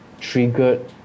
triggered